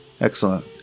Excellent